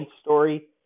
story